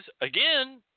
again